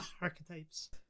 archetypes